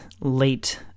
late